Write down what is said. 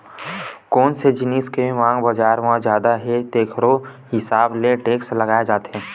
कोन से जिनिस के मांग बजार म जादा हे तेखरो हिसाब ले टेक्स लगाए जाथे